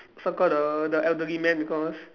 circle the the elderly man because